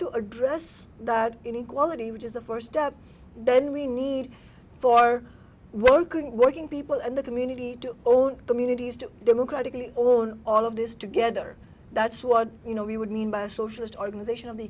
to address that inequality which is the first step then we need for working working people in the community to own communities to democratically all all of this together that's what you know we would mean by a socialist organization of the